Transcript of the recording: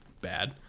bad